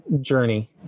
journey